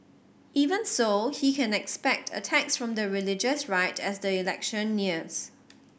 even so he can expect attacks from the religious right as the election nears